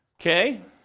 Okay